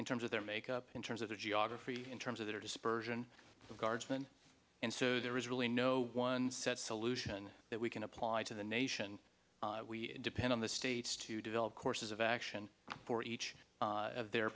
in terms of their makeup in terms of geography in terms of their dispersion of guardsmen and so there is really no one set solution that we can apply to the nation we depend on the states to develop courses of action for each of their